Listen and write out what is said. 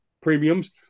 premiums